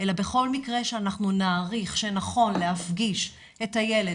אלא בכל מקרה שאנחנו נעריך שנכון להפגיש את הילד